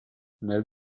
nel